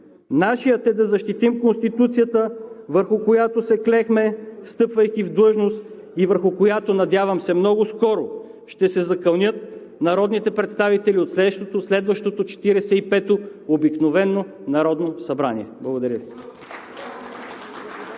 Нашият е да защитим Конституцията, върху която се клехме, встъпвайки в длъжност, и върху която, надявам се, много скоро ще се закълнат народните представители от следващото 45 обикновено народно събрание. Благодаря Ви.